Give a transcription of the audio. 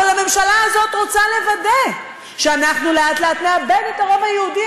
אבל המשלה הזאת רוצה לוודא שאנחנו לאט-לאט נאבד את הרוב היהודי,